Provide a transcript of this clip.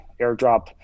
airdrop